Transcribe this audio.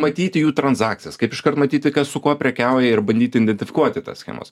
matyti jų transakcijas kaip iškart matyti kas su kuo prekiauja ir bandyti identifikuoti tas schemas